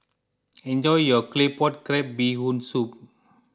enjoy your Claypot Crab Bee Hoon Soup